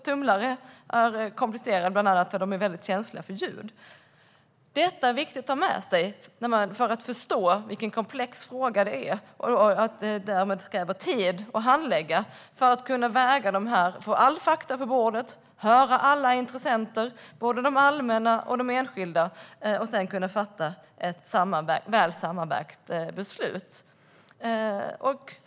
Tumlare är komplicerade eftersom de bland annat är väldigt känsliga för ljud. Detta är viktigt att ha med sig för att förstå vilken komplex fråga det här är och att det krävs tid att handlägga den för att få alla fakta på bordet, höra alla intressenter - både allmänna och enskilda - och sedan kunna fatta ett väl sammanvägt beslut.